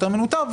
יותר מנותב,